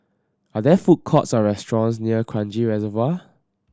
are there food courts or restaurants near Kranji Reservoir